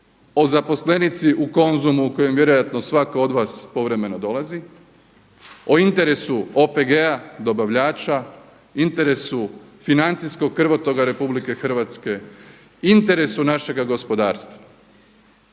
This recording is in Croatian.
o zaposlenici u Konzumu u koji vjerojatno svatko od vas povremeno dolazi, o interesu OPG-a dobavljača, interesu financijskog krvotoka RH, interesu našega gospodarstva.